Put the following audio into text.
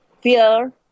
fear